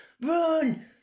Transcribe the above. Run